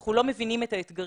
אנחנו לא מבינים את האתגרים